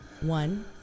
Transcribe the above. One